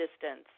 distance